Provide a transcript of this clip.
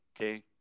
okay